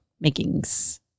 makings